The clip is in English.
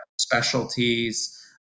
specialties